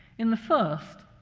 in the first,